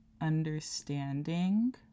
understanding